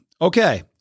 Okay